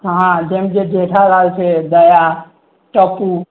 હા જેમ કે જેઠાલાલ છે દયા ટપુ